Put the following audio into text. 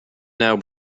now